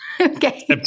Okay